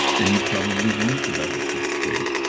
then you probably won't develop this trait.